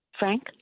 Frank